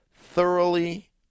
thoroughly